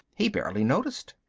he barely noticed.